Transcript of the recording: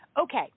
Okay